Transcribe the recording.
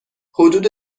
حدود